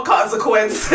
Consequence